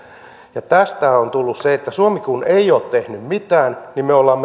ja tästä on tullut se että kun suomi ei ole tehnyt mitään niin me olemme